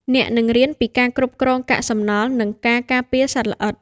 អ្នកនឹងរៀនពីការគ្រប់គ្រងកាកសំណល់ និងការការពារសត្វល្អិត។